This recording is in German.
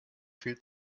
viel